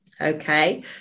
Okay